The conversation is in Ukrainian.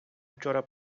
вчора